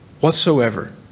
Whatsoever